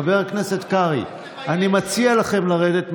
חבר הכנסת קרעי, אני מציע לכם לרדת מזה.